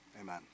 amen